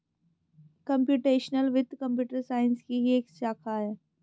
computational वित्त computer science की ही एक शाखा है